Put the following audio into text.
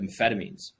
amphetamines